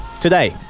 Today